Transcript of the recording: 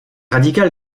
radical